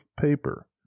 paper